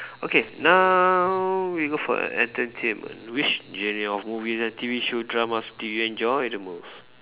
okay now we go for entertainment which genre of movies and T_V show dramas do you enjoy the most